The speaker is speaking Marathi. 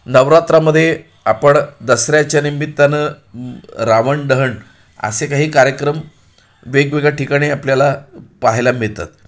नवरात्रामध्ये आपण दसऱ्याच्या निमित्तानं रावण दहन असे काही कार्यक्रम वेगवेगळ्या ठिकाणी आपल्याला पाहायला मिळतात